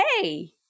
Hey